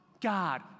God